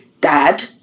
dad